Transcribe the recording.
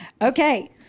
Okay